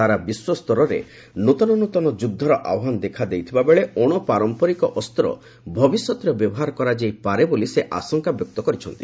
ସାରା ବିଶ୍ୱସ୍ତରରେ ନୂଆ ନୂଆ ଯୁଦ୍ଧର ଆହ୍ୱାନ ଦେଖା ଦେଇଥିଲା ବେଳେ ଅଣପାରମ୍ପରିକ ଅସ୍ତ ଭବିଷ୍ୟତରେ ବ୍ୟବହାର କରାଯାଇପାରେ ବୋଲି ସେ ଆଶଙ୍କା ବ୍ୟକ୍ତ କରିଛନ୍ତି